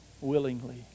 willingly